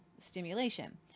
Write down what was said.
stimulation